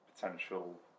potential